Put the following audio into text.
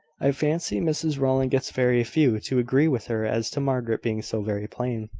i fancy mrs rowland gets very few to agree with her as to margaret being so very plain.